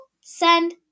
Send